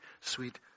sweet